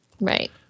Right